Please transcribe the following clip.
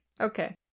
Okay